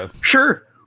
Sure